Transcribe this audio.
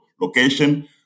location